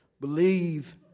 Believe